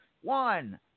One